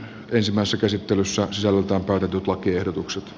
ensimmäiset esittelyssä selostaa tartut lakiehdotukset